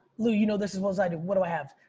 lou you know this as well as i do, what do i have?